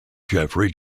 jeffrey